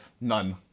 None